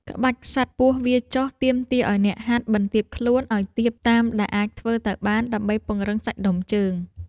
ក្បាច់ សត្វពស់វារចុះ ទាមទារឱ្យអ្នកហាត់បន្ទាបខ្លួនឱ្យទាបតាមដែលអាចធ្វើទៅបាន ដើម្បីពង្រឹងសាច់ដុំជើង។